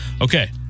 Okay